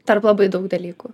tarp labai daug dalykų